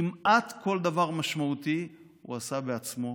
כמעט כל דבר משמעותי הוא עשה בעצמו,